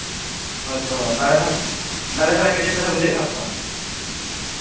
ᱦᱳᱭ ᱛᱚ ᱫᱟᱲᱮ ᱫᱷᱟᱨᱟ ᱫᱟᱲᱮ ᱫᱷᱟᱨᱟ ᱠᱮᱴᱮᱡ ᱫᱷᱟᱨᱟ ᱵᱩᱡᱷᱟᱹᱜ ᱠᱟᱱᱟ ᱥᱮ ᱵᱟᱝ